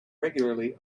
regularly